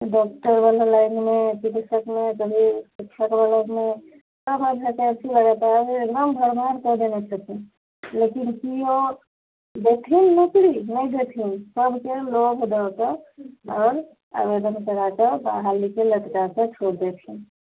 कभी डॉक्टरवला लाइनमे कभी शिक्षकके लाइनमे सबके वैकेन्सीके दऽ दऽ कऽ एकदम भरमार करि देने छथिन लेकिन की ओ देथिन नौकरी नहि देथिन सबके लोभ दऽ कऽ आओर आवेदन कराकऽ बहालीके लटकाकऽ छोड़ि देथिन